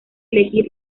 elegir